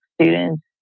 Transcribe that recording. students